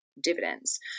dividends